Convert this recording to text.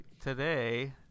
today